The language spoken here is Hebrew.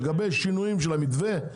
לגבי שינויים של המתווה,